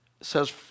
says